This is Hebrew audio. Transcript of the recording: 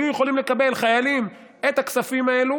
החיילים היו יכולים לקבל את הכספים האלה